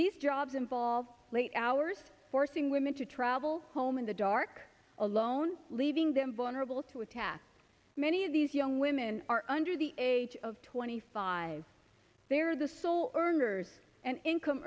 these jobs involve late hours forcing women to travel home in the dark alone leaving them vulnerable to attack many of these young women are under the age of twenty five they are the sole earners and income